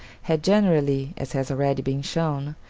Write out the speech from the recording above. had generally, as has already been shown,